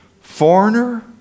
foreigner